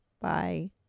Bye